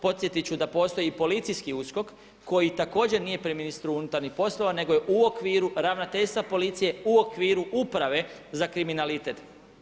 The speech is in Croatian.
Podsjetit ću da postoji i policijski USKOK koji također nije pri ministru unutarnjih poslova nego u okviru ravnateljstva policije, u okviru uprave za kriminalitet.